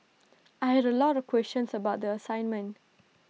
I had A lot of questions about the assignment